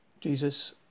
Jesus